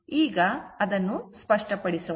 ಈಗ ಅದನ್ನು ಸ್ಪಷ್ಟಪಡಿಸೋಣ